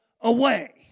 away